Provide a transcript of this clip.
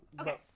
Okay